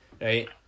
right